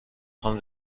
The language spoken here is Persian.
خوام